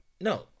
No